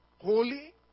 holy